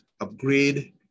upgrade